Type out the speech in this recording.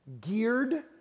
geared